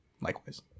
Likewise